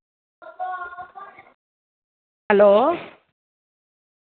hello